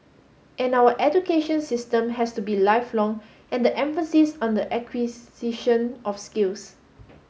and our education system has to be lifelong and the emphasis on the acquisition of skills